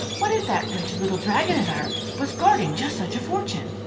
what if that wretched little dragon of ours was guarding just such a fortune?